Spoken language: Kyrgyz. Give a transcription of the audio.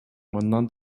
мындан